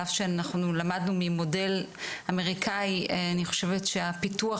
על אף שאנחנו למדנו ממודל אמריקאי אני חושבת שהפיתוח